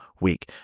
week